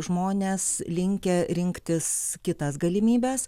žmonės linkę rinktis kitas galimybes